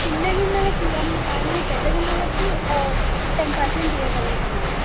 చిన్న గిన్నెలకు ఇవ్వం కానీ పెద్ద గిన్నెలకి ఒక టెన్ పర్సెంట్ ఇవ్వగలుగుతాం అండి